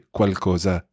qualcosa